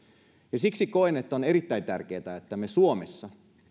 ja siksi koen että on erittäin tärkeätä että me suomessa